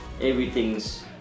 everything's